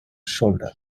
shoulder